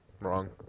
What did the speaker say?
Wrong